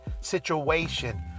situation